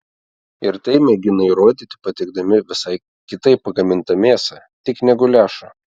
ir tai mėgina įrodyti patiekdami visaip kitaip pagamintą mėsą tik ne guliašą